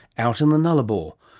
out in the nullarbor.